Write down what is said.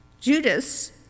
Judas